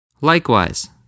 Likewise